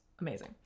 Amazing